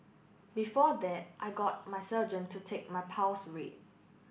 before that I got my surgeon to take my pulse rate